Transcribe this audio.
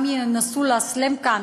גם אם ינסו לאסלם כאן,